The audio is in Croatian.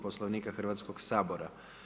Poslovnika Hrvatskog sabora.